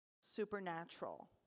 supernatural